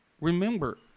Remember